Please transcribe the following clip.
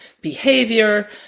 behavior